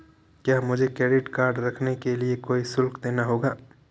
क्या मुझे credit card रखने के लिए कोई शुल्क देना होगा?